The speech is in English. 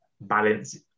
balance